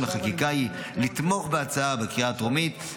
לחקיקה היא לתמוך בהצעה בקריאה הטרומית,